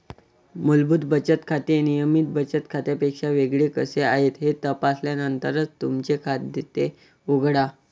मूलभूत बचत खाते नियमित बचत खात्यापेक्षा वेगळे कसे आहे हे तपासल्यानंतरच तुमचे खाते उघडा